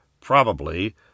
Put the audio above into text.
Probably